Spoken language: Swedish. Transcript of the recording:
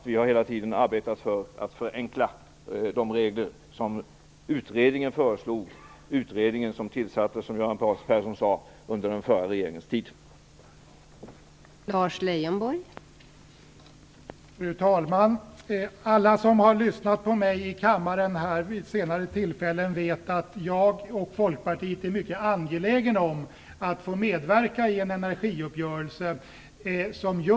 Vi har hela tiden arbetat för att förenkla de regler som utredningen föreslog - den utredning som tillsattes under den förra regeringens tid, som Göran Persson sade.